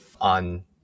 on